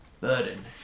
Burden